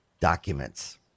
documents